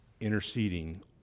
interceding